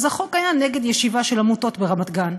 אז החוק היה נגד ישיבה של עמותות ברמת-גן.